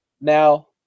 Now